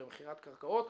במכירת קרקעות.